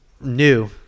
new